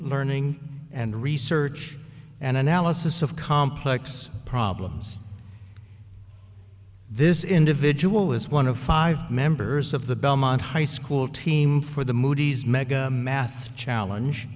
learning and research and analysis of complex problems this individual is one of five members of the belmont high school team for the moodies mega math challenge